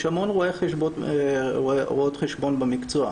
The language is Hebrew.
יש המון רואות חשבון במקצוע.